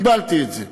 קיבלתי את זה,